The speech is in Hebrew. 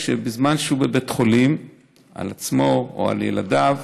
בזמן שהוא בבית החולים בשביל עצמו או ילדיו,